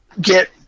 get